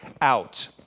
out